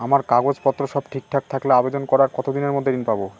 আমার কাগজ পত্র সব ঠিকঠাক থাকলে আবেদন করার কতদিনের মধ্যে ঋণ পাব?